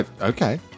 Okay